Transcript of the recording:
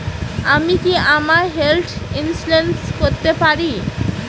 আমি কি আমার হেলথ ইন্সুরেন্স করতে পারি?